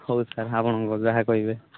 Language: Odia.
ହଉ ସାର୍ ଆପଣଙ୍କର ଯାହା କହିବେ